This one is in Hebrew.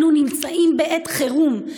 אנו נמצאים בעת חירום,